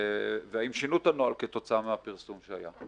ואם שינו את הנוהל כתוצאה מהפרסום שהיה.